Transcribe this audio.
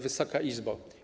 Wysoka Izbo!